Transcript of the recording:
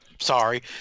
sorry